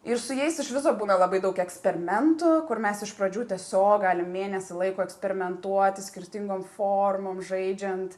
ir su jais iš viso būna labai daug eksperimentų kur mes iš pradžių tiesiog galim mėnesį laiko eksperimentuoti skirtingom formom žaidžiant